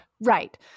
right